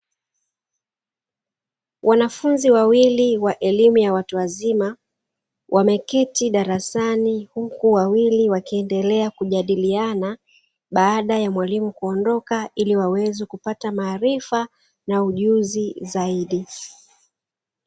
Wanafunzi wawili wa elimu ya watu wazima wameketi darasani, huku wawili wakiendelea wakijadiliana baada ya mwalimu kuondoka, ili waweze kupata maarifa na ujuzi zaidi.